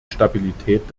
stabilität